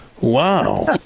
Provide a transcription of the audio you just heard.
Wow